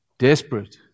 desperate